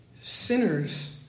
Sinners